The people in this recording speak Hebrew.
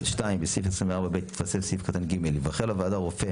2. בסעיף 24ב יתווסף סעיף קטן (ג): ייבחר לוועדה רופא